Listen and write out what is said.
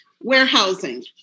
warehousing